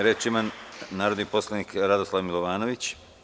Reč ima narodni poslanik Radoslav Milovanović.